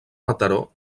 mataró